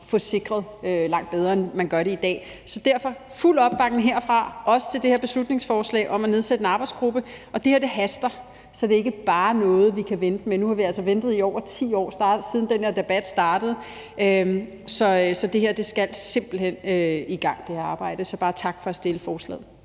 få løst langt bedre, end man gør det i dag. Så derfor er der fuld opbakning herfra, også til det her beslutningsforslag om at nedsætte en arbejdsgruppe. Det her haster, så det er ikke bare noget, vi kan vente med. Nu har vi altså ventet i over 10 år, siden den her debat startede. Så det her arbejde skal simpelt hen i gang. Så bare tak for at have fremsat forslaget.